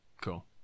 Cool